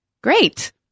Great